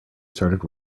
started